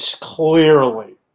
clearly